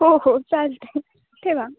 हो हो चालत आहे ठेवा